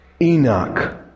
Enoch